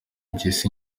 impyisi